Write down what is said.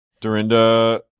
dorinda